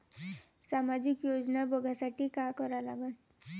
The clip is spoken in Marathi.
सामाजिक योजना बघासाठी का करा लागन?